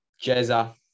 Jezza